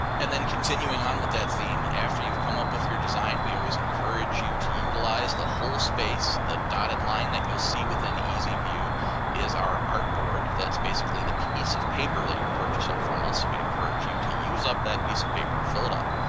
and then continuing on with that theme, after you've come up with your design we always encourage you to utilize the whole space. the dotted line that you'll see within easy view is our art board. that's basically the piece of paper that you're purchasing from us. so we encourage you to use up that piece of paper, fill it up.